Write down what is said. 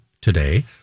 today